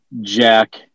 Jack